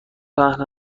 پهن